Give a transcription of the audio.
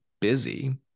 busy